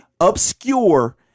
obscure